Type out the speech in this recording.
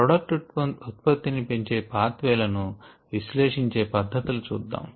product ఉత్పత్తి ని పెంచే పాత్ వే లను విశ్లేషించే పద్ధతులు చూద్దాము